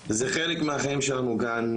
בסופו של דבר, זה חלק מהחיים שלנו כאן,